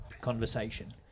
conversation